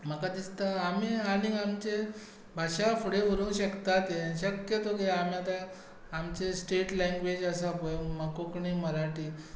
म्हाका दिसता आमी आनीक आमचे भाशा फुडें व्हरूंक शकता ते शक्य तो कितें आमी आतां आमची स्टेट लँग्वेज आसा पळय कोंकणी मराठी